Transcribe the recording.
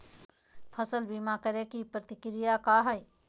फसल बीमा करे के प्रक्रिया का हई?